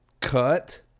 cut